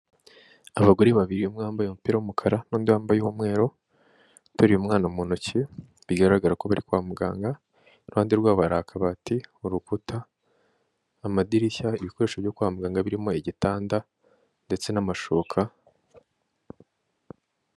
Abagore babiri, umwe mwambaye umupira w'umukara, n'undi wambaye uw'umweru uteruye umwana mu ntoki, bigaragara ko bari kwa muganga, iruhande rw'abo hari abati ku rukuta, amadirishya, ibikoresho byo kwa muganga birimo igitanda ndetse n'amashuka.